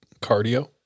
Cardio